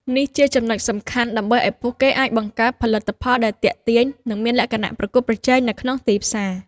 នេះជាចំណុចសំខាន់ដើម្បីឱ្យពួកគេអាចបង្កើតផលិតផលដែលទាក់ទាញ និងមានលក្ខណៈប្រកួតប្រជែងនៅក្នុងទីផ្សារ។